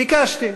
ביקשתי,